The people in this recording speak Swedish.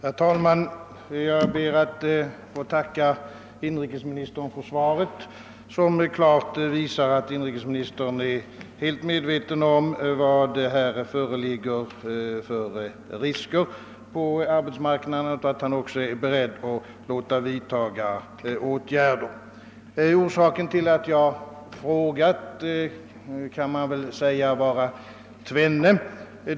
Herr talman! Jag ber att få tacka inrikesministern för svaret på min fråga. Det visar, att inrikesministern är helt medveten om vilka risker som förekom mer inom den berörda delen av arbetsmarknaden och att han också är beredd att låta vidtaga åtgärder. Anledningarna till min fråga är tvenne.